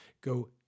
go